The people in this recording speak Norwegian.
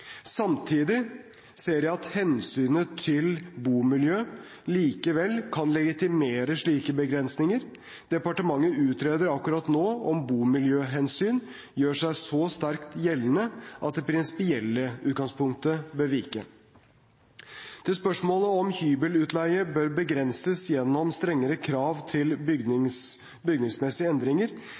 Samtidig ser jeg at hensynet til bomiljøet likevel kan legitimere slike begrensninger. Departementet utreder akkurat nå om bomiljøhensynet gjør seg så sterkt gjeldende at det prinsipielle utgangspunktet bør vike. Til spørsmålet om hybelutleie bør begrenses gjennom strengere krav til bygningsmessige endringer,